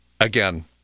again